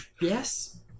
Yes